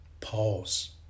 Pause